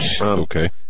Okay